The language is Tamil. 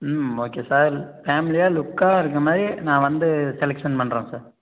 ம் ஓகே சார் ஃபேம்லியாக லுக்காக இருக்கிற மாதிரி நான் வந்து செலக்ஷன் பண்ணுறேன் சார்